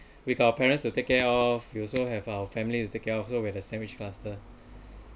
with our parents to take care of you also have our family to take care of so we are the sandwich cluster